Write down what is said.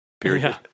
period